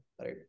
right